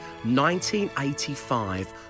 1985